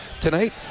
Tonight